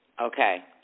Okay